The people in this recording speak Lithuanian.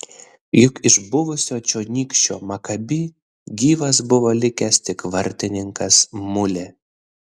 juk iš buvusio čionykščio makabi gyvas buvo likęs tik vartininkas mulė